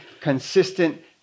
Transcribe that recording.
consistent